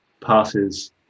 passes